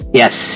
yes